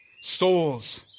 souls